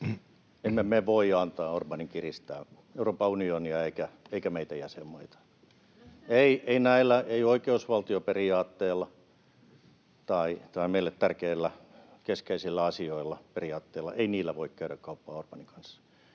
Emme me voi antaa Orbánin kiristää Euroopan unionia eikä meitä jäsenmaita. Ei näillä, ei oikeusvaltioperiaatteella tai meille tärkeillä keskeisillä asioilla, periaatteilla, voi käydä kauppaa Orbánin kanssa.